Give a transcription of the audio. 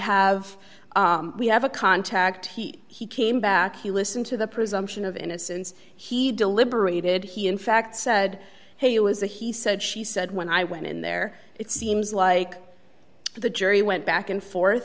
have we have a contact heat he came back he listened to the presumption of innocence he deliberated he in fact said hey it was a he said she said when i went in there it seems like the jury went back and forth